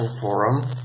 forum